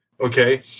Okay